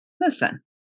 listen